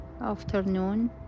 afternoon